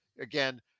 again